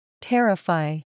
Terrify